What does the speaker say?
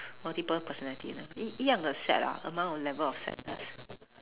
multiple personality 一一样的 sad lah amount of level of sadness